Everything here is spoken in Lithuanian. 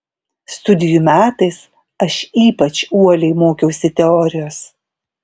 studijų metais aš ypač uoliai mokiausi teorijos